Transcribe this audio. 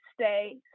stay